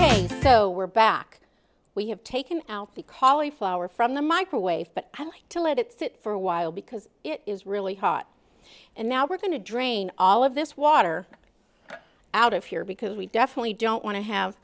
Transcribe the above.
range so we're back we have taken out the cali flower from the microwave but i like to let it sit for a while because it is really hot and now we're going to drain all of this water out of here because we definitely don't want to have